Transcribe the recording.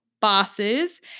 bosses